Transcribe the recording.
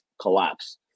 collapse